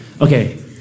okay